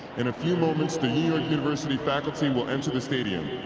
in a few moments, the new york university faculty will enter the stadium.